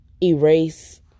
erase